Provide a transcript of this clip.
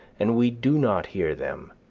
and we do not hear them